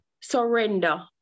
surrender